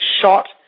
shot